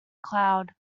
cloud